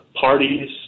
parties